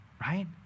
Right